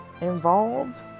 involved